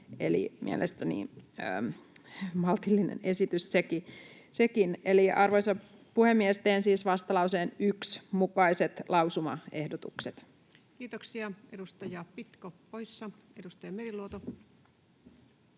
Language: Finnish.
mielestäni maltillinen esitys sekin. Arvoisa puhemies! Teen siis vastalauseen 1 mukaiset lausumaehdotukset. Kiitoksia. — Edustaja Pitko poissa. Edustaja Meriluoto.